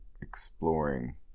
exploring